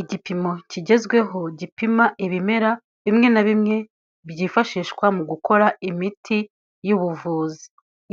Igipimo kigezweho gipima ibimera bimwe na bimwe, byifashishwa mu gukora imiti y'ubuvuzi.